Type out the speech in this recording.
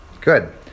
Good